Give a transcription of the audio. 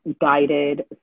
guided